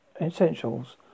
essentials